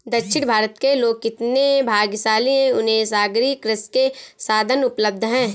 दक्षिण भारत के लोग कितने भाग्यशाली हैं, उन्हें सागरीय कृषि के साधन उपलब्ध हैं